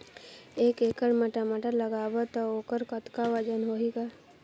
एक एकड़ म टमाटर लगाबो तो ओकर कतका वजन होही ग?